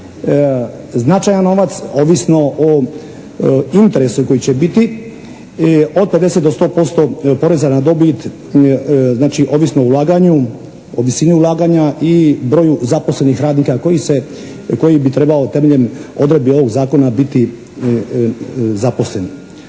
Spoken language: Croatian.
značajan novac ovisno o interesu koji će biti od 50 do 100% poreza na dobit, znači ovisno o ulaganju, o visini ulaganja i broju zaposlenih radnika koji bi trebao temeljem odredbi ovog Zakona biti zaposlen.